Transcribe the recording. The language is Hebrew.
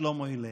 שלמה הלל.